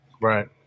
right